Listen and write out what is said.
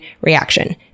reaction